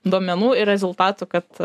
duomenų ir rezultatų kad